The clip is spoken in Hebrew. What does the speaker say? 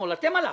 אתם הלכתם.